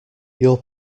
your